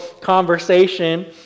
conversation